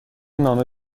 نامه